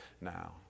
now